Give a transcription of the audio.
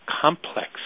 complex